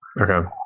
Okay